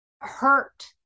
hurt